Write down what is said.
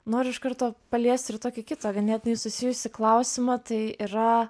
noriu iš karto paliesti ir tokį kitą ganėtinai susijusį klausimą tai yra